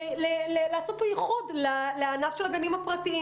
לעשות ייחוד לענף של הגנים הפרטיים